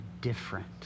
different